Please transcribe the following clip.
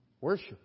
Worship